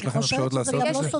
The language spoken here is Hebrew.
יש לכם אפשרות לעשות את זה?